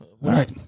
right